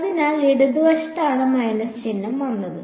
അതിനാൽ ഇടതുവശത്താണ് മൈനസ് ചിഹ്നം വന്നത്